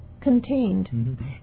contained